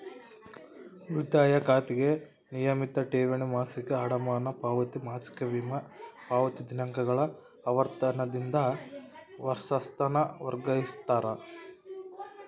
ಉಳಿತಾಯ ಖಾತೆಗೆ ನಿಯಮಿತ ಠೇವಣಿ, ಮಾಸಿಕ ಅಡಮಾನ ಪಾವತಿ, ಮಾಸಿಕ ವಿಮಾ ಪಾವತಿ ದಿನಾಂಕಗಳ ಆವರ್ತನದಿಂದ ವರ್ಷಾಸನ ವರ್ಗಿಕರಿಸ್ತಾರ